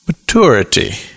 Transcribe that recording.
maturity